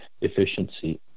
efficiency